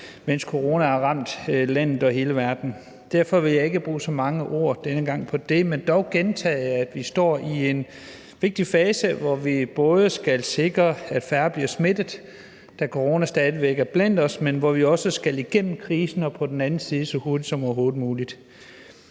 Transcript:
mens corona har ramt landet og hele verden. Derfor vil jeg ikke bruge så mange ord denne gang på det, men dog gentage, at vi står i en vigtig fase, hvor vi både skal sikre, at færre bliver smittet, da corona stadig væk er blandt os, men hvor vi også skal igennem krisen og ud på den anden side så hurtigt som overhovedet muligt.